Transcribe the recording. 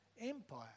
empire